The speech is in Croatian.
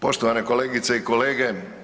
Poštovane kolegice i kolege.